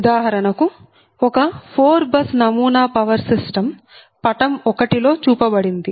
ఉదాహరణకు ఒక 4 బస్ నమూనా పవర్ సిస్టం పటం 1 లో చూపబడింది